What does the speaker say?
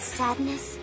sadness